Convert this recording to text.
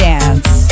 Dance